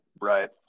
right